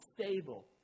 stable